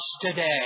today